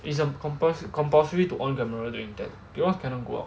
is a compuls~ compulsory to on camera during that because cannot go out